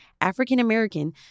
African-American